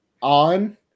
on